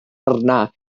arna